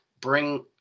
bring